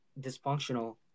dysfunctional